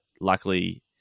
luckily